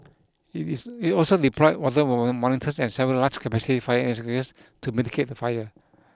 it is it also deployed water or monitors and several large capacity fire extinguishers to mitigate the fire